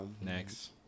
next